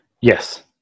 Yes